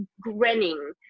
grinning